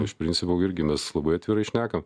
iš principo irgi mes labai atvirai šneka